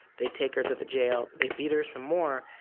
they take her to the jail, they beat her some more.